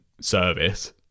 service